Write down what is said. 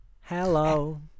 Hello